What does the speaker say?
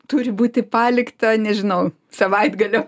turi būti palikta nežinau savaitgalio